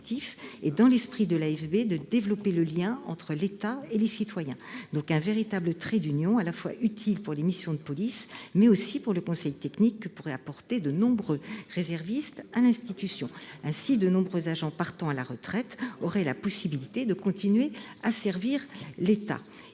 et, dans l'esprit de l'AFB, de développer le lien entre l'État et les citoyens. Il s'agira d'un véritable trait d'union, utile pour les missions de police, mais aussi pour les conseils techniques que pourraient apporter de nombreux réservistes à l'institution. Ainsi, de nombreux agents partant à la retraite auraient la possibilité de continuer à servir l'État.